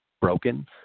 broken